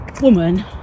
woman